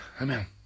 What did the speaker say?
amen